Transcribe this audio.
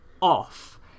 off